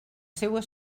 seues